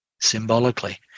symbolically